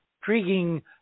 intriguing